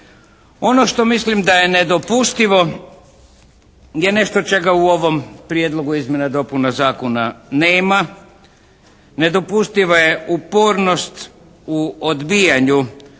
Ono što mislim da je nedopustivo je nešto čega u ovom prijedlogu izmjena i dopuna zakona nema. Nedopustiva je neupornost u odbijanju